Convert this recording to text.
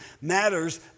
matters